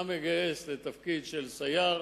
אתה מגייס לתפקיד של סייר,